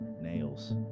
nails